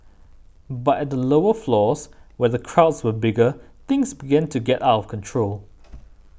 but at the lower floors where the crowds were bigger things began to get out of control